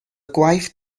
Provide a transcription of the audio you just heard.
gwaith